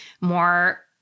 more